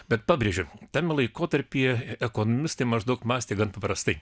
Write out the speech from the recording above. bet pabrėžiu tam laikotarpyje ekonomistai maždaug mąstė gan paprastai